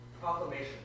Proclamation